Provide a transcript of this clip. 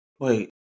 Wait